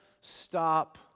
stop